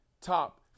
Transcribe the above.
top